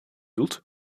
doet